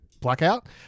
Blackout